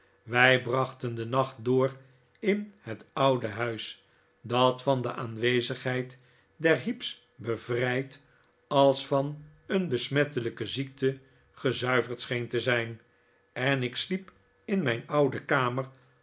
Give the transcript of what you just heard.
wij brachten den nacht door in het oude huis dat van de aanwezigheid der heep's bevrijd als van een besmettelijke ziekte gezuiverd scheen te zijn en ik sliep in mijn oude kamer